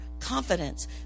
confidence